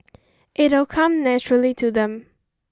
it'll come naturally to them